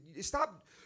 Stop